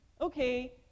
okay